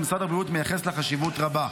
ומשרד הבריאות מייחס לה חשיבות רבה.